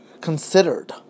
considered